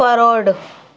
forward